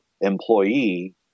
employee